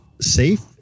safe